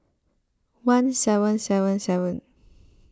one seven seven seven